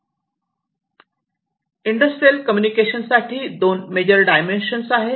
industrial communication साठी दोन major dimension आहेत